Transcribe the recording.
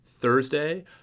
Thursday